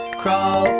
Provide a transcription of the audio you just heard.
crawl,